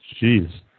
Jeez